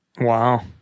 Wow